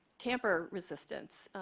tamper resistance,